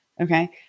Okay